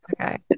okay